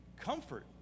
comfort